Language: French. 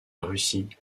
russie